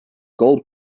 gold